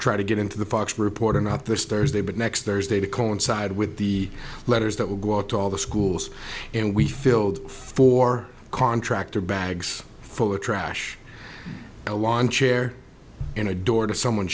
try to get into the fox reporter not this thursday but next thursday to coincide with the letters that will go out to all the schools and we filled four contractor bags full of trash a lawn chair in a door to someone